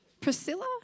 Priscilla